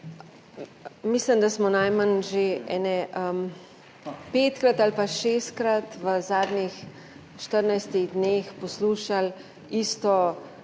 Mislim, da smo najmanj že ene petkrat ali pa šestkrat v zadnjih 14 dneh poslušali isto,